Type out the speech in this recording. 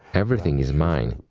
everything is mine.